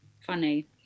funny